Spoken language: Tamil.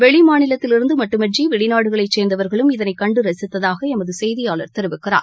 வெளி மாநிலத்திலிருந்து மட்டுமன்றி வெளிநாடுகளைச் சேர்ந்தவர்களும் இதனை கண்டு ரசித்ததாக எமது செய்தியாளர் தெரிவிக்கிறார்